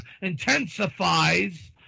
intensifies